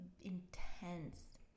intense